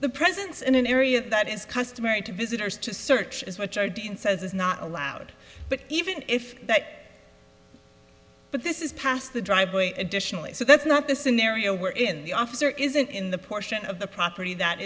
the presence in an area that is customary to visitors to search as much our dean says is not allowed but even if that but this is past the driveway additionally so that's not the scenario we're in the officer isn't in the portion of the property that